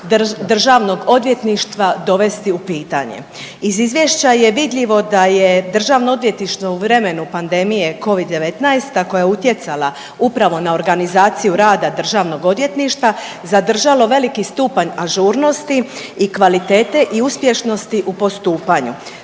Državnog odvjetništva dovesti u pitanje. Iz izvješća je vidljivo da je Državno odvjetništvo u vremenu pandemije Covid-19, a koja je utjecala upravo na organizaciju rada Državnog odvjetništva zadržalo veliki stupanj ažurnosti i kvalitete i uspješnosti u postupanju.